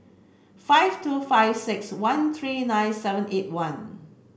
five two five six one three nine seven eight one